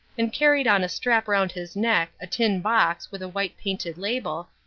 and carried on a strap round his neck a tin box with a white painted label,